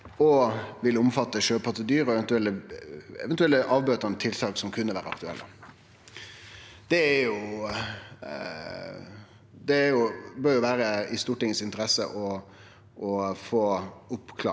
òg vil omfatte sjøpattedyr, og vidare eventuelle avbøtande tiltak som kunne vere aktuelle.» Det bør vere i Stortingets interesse å få det oppklart,